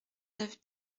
neuf